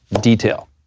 detail